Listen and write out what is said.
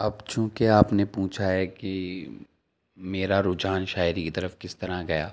اب چونکہ آپ نے پوچھا ہے کہ میرا رجحان شاعری کی طرف کس طرح گیا